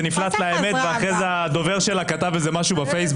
זה נפלט לה והדובר שלה אחרי זה כתב איזה משהו בפייסבוק.